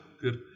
good